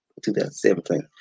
2017